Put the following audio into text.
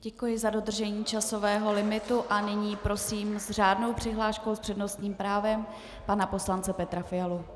Děkuji za dodržení časového limitu a nyní prosím s řádnou přihláškou s přednostním na právem pana poslance Petra Fialu.